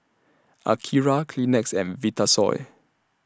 Akira Kleenex and Vitasoy